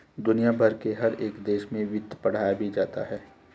दुनिया भर के हर एक देश में वित्त पढ़ाया भी जाता है